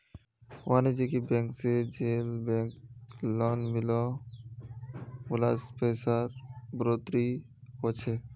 वानिज्ज्यिक बैंक से जेल बैंक लोन मिलोह उला से पैसार बढ़ोतरी होछे